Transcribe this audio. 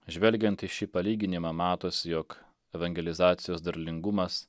žvelgiant į šį palyginimą matosi jog evangelizacijos derlingumas